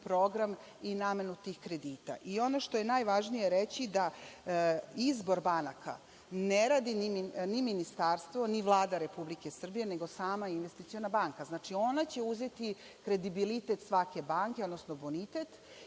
program i namenu tih kredita. Ono što je najvažnije reći je da izbor banaka ne radi ni Ministarstvo, ni Vlada Republike Srbije, nego sama Investiciona banka. Znači, ona će uzeti kredibilitet svake banke, odnosno bonitet